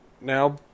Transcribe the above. Now